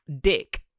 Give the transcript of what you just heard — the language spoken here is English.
dick